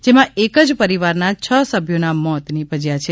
જેમાં એક જ પરિવારના છ સભ્યોના મોત નિપજ્યા છે